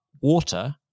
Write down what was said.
water